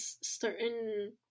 certain